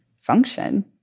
function